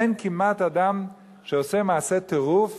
אין כמעט אדם שעושה מעשה טירוף,